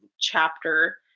chapter